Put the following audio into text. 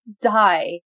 die